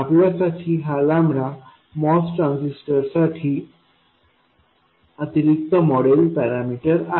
आपल्यासाठी हा MOS ट्रान्झिस्टरसाठी अतिरिक्त मॉडेल पॅरामीटर आहे